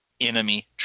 enemy